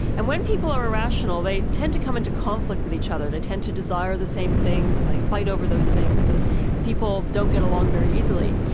and when people are irrational, they tend to come into conflict with each other they tend to desire the same things, and they fight over those things, and people don't get along very easily.